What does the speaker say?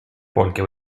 porque